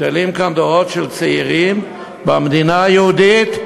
גדלים כאן דורות של צעירים, במדינה היהודית,